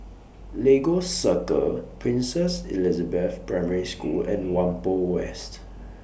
Lagos Circle Princess Elizabeth Primary School and Whampoa West